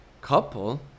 couple